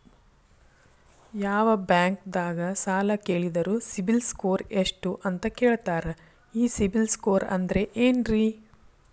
ಯಾವ ಬ್ಯಾಂಕ್ ದಾಗ ಸಾಲ ಕೇಳಿದರು ಸಿಬಿಲ್ ಸ್ಕೋರ್ ಎಷ್ಟು ಅಂತ ಕೇಳತಾರ, ಈ ಸಿಬಿಲ್ ಸ್ಕೋರ್ ಅಂದ್ರೆ ಏನ್ರಿ?